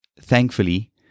thankfully